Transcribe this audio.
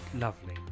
lovely